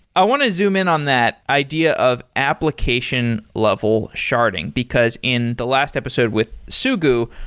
i want to zoom in on that idea of application level sharding, because in the last episode with sugu,